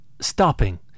stopping